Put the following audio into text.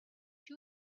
you